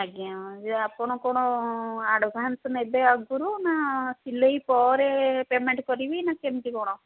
ଆଜ୍ଞା ଯେଉଁ ଆପଣ କ'ଣ ଆଡ଼ଭାନ୍ସ୍ ନେବେ ଆଗରୁ ନା ସିଲେଇ ପରେ ପେମେଣ୍ଟ୍ କରିବି ନା କେମିତି କ'ଣ